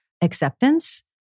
acceptance